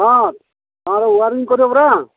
ହଁ ତୁମର ୱାରିଂ କରିବ ପରା